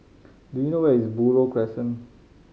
do you know where is Buroh Crescent